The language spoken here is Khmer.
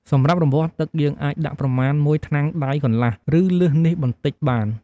សម្រាប់រង្វាស់ទឹក យើងអាចដាក់ប្រមាណមួយថ្នាំងដៃកន្លះ ឬ លើសនេះបន្តិចបាន។